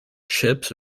chips